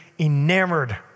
enamored